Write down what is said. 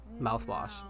mouthwash